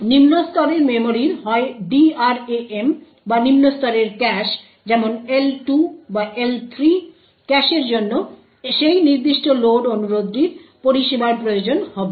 নিম্ন স্তরের মেমরির হয় DRAM বা নিম্ন স্তরের ক্যাশ যেমন L2 বা L3 ক্যাশের জন্য সেই নির্দিষ্ট লোড অনুরোধটির পরিষেবার প্রয়োজন হবে